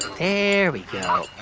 there we go.